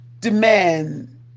demand